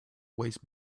waste